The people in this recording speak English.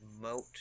moat